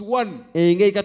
one